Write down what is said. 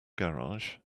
garage